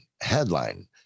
headline